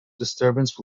disturbance